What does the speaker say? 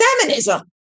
feminism